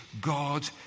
God